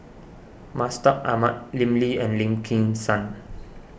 Mustaq Ahmad Lim Lee and Lim Kim San